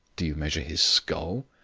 do you measure his skull?